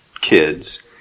kids